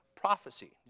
prophecy